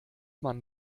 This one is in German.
mann